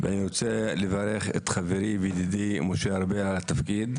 אני רוצה לברך את חברי וידידי משה ארבל על התפקיד.